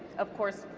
of course,